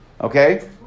Okay